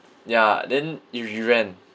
ya then it reran